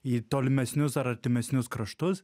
į tolimesnius ar artimesnius kraštus